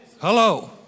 Hello